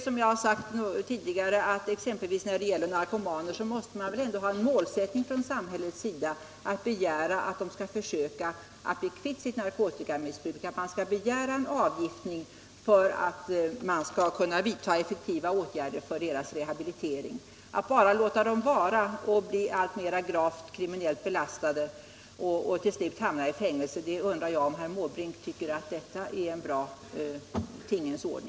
Som jag har sagt tidigare anser jag att man, exempelvis när det gäller narkomaner, bör ha en målsättning från samhällets sida och begära att de skall försöka bli kvitt sitt narkotikamissbruk. Man kan begära en avgiftning för att man skall kunna vidta effektiva åtgärder för deras rehabilitering. Jag undrar om herr Måbrink tycker att det är en bra tingens ordning att man bara låter dem vara, bli alltmer kriminellt belastade och till slut hamna i fängelse.